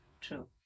True